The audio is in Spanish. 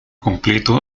completo